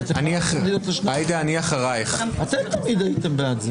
אני סיימתי את העשר